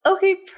Okay